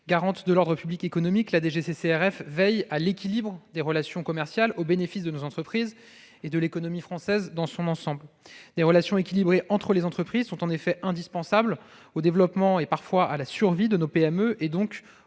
Garante de l'ordre public économique, la DGCCRF veille à l'équilibre des relations commerciales au bénéfice de nos entreprises et de l'économie française dans son ensemble. Les relations équilibrées entre les entreprises sont en effet indispensables au développement et, parfois, à la survie de nos PME et, donc,